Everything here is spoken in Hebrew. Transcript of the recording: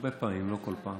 הרבה פעמים, לא כל פעם